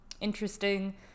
interesting